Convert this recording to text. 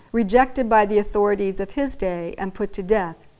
rejected by the authorities of his day and put to death.